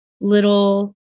little